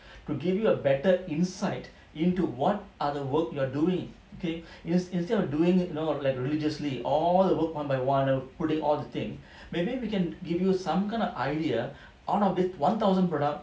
to give you a better insight into what are the work you're doing okay instead of doing it you know like religiously all the work one by one putting all the thing maybe we can give you some kind of idea out of this one thousand product